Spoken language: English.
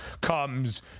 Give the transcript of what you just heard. comes